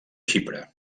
xipre